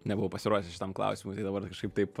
nebuvau pasiruošęs šitam klausimui dabar kažkaip taip